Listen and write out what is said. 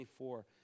24